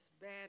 bad